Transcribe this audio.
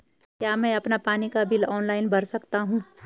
क्या मैं अपना पानी का बिल ऑनलाइन भर सकता हूँ?